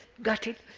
got it?